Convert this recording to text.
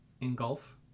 engulf